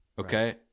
Okay